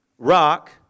Rock